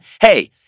Hey